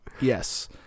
yes